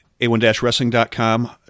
a1-wrestling.com